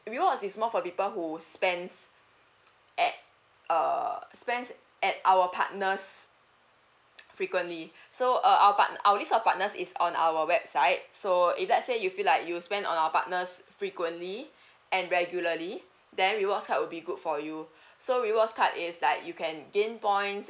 rewards is more for people who spends at err spends at our partners frequently so uh our part~ our list of partners is on our website so if let's say you feel like you'll spend on our partners frequently and regularly then rewards card will be good for you so rewards card is like you can gain points